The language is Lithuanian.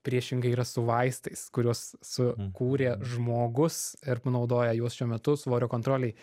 priešingai yra su vaistais kuriuos su kūrė žmogus ir panaudoja juos šiuo metu svorio kontrolei